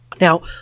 Now